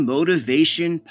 Motivation